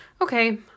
Okay